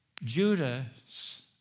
Judas